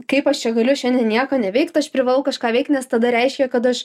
kaip aš čia negaliu šiandien nieko neveikt aš privalau kažką veikt nes tada reiškia kad aš